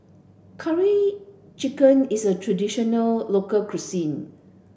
curry chicken is a traditional local cuisine